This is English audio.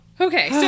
Okay